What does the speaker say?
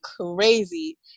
crazy